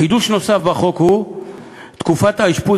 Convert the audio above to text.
חידוש נוסף בחוק הוא תקופת האשפוז